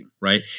right